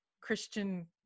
Christian